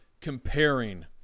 comparing